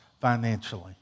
financially